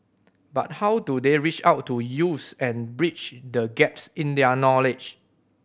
but how do they reach out to youths and bridge the gaps in their knowledge